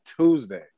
Tuesday